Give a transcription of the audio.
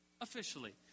officially